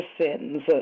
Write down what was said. sins